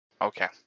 Okay